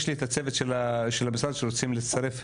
יש לי את הצוות של המשרד שרוצים להצטרף,